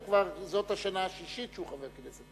זאת כבר השנה השישית שהוא חבר כנסת,